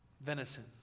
venison